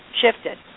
shifted